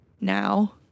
now